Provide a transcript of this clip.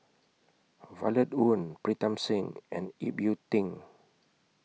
Violet Oon Pritam Singh and Ip Yiu Tung